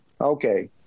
okay